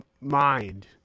mind